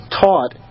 taught